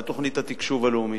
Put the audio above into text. לתוכנית התקשוב הלאומית.